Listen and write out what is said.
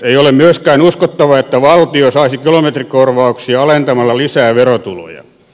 ei ole myöskään uskottavaa että valtio saisi kilometrikorvauksia alentamalla lisää verotuloja